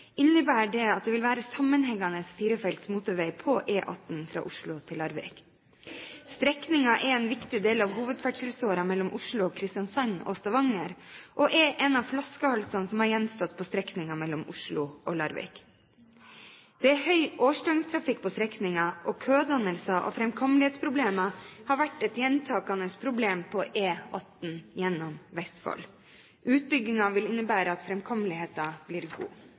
innebærer det at det vil være sammenhengende firefelts motorvei på E18 fra Oslo til Larvik. Strekningen er en viktig del av hovedferdselsåren mellom Oslo og Kristiansand og Stavanger, og den er en av flaskehalsene som har gjenstått på strekningen mellom Oslo og Larvik. Det er høy årsdøgntrafikk på strekningen, og kødannelser og framkommelighetsproblemer har vært et gjentakende problem på E18 gjennom Vestfold. Utbyggingen vil innebære at framkommeligheten blir god.